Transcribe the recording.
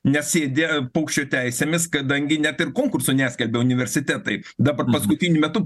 nes sėdi paukščio teisėmis kadangi net ir konkursų neskelbia universitetai dabar paskutiniu metu